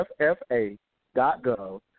FFA.gov